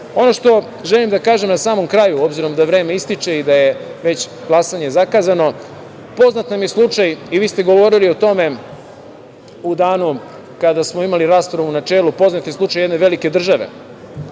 što želim da kažem na samom kraju, obzirom da vreme ističe i da je već glasanje zakazano, poznat nam je slučaj, a i vi ste govorili o tome u danu kada smo imali raspravu u načelu, jedne velike države